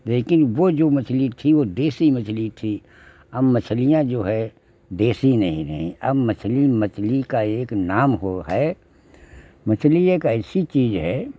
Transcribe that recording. लेकिन वह जो मछली थी वह देसी मछली थी अब मछलियाँ जो है देसी नहीं रही अब मछली मछली का एक नाम है वह है मछली एक ऐसी चीज़ है